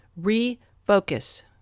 Refocus